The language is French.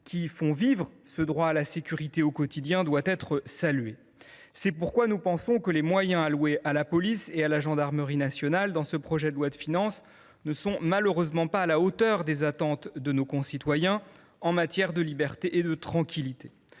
les font vivre au quotidien doit être saluée. C’est pourquoi nous pensons que les moyens alloués à la police et à la gendarmerie nationales dans ce projet de loi de finances ne sont malheureusement pas à la hauteur des attentes des citoyens en matière de liberté et de tranquillité.